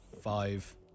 Five